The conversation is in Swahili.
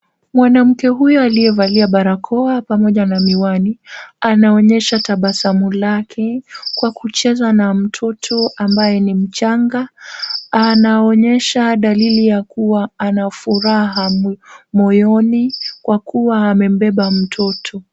Mwanamke huyu aliyevalia barakoa pamoja na miwani anaonyesha tabasamu lake kwa kucheza na mtoto ambaye ni mchanga, anaonyesha dalili ya kuwa anafuraha moyoni, kwa kuwa amembeba mtoto.